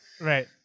Right